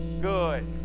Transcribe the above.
good